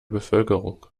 bevölkerung